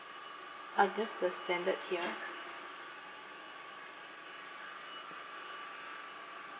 uh just the standard tier